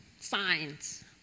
signs